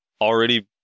already